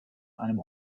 einem